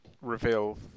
reveal